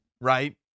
right